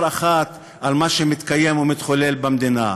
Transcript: אחת על מה שמתקיים או מתחולל במדינה.